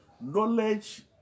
Knowledge